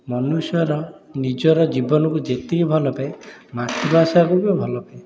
ମନୁଷ୍ୟର ନିଜର ଜୀବନକୁ ଯେତିକି ଭଲପାଏ ମାତୃଭାଷାକୁ ବି ଭଲପାଏ